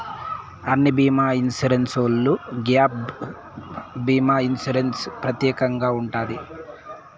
అన్ని బీమా ఇన్సూరెన్స్లో గ్యాప్ భీమా ఇన్సూరెన్స్ ప్రత్యేకంగా ఉంటది